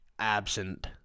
absent